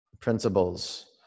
Principles